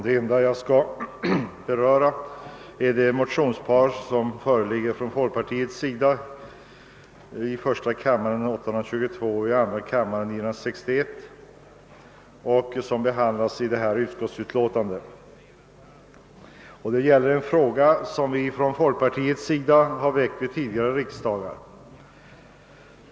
Jag skall bara beröra ett motionspar från folkpartiet, i första kammaren nr 822 och i andra kammaren nr 961, som behandlas i detta utlåtande. Det gäller en fråga som vi inom folkpartiet har tagit upp vid tidigare riksdagar.